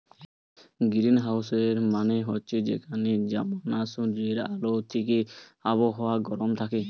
গ্রীনহাউসের মানে হচ্ছে যেখানে জমানা সূর্যের আলো থিকে আবহাওয়া গরম থাকে